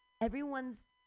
everyone's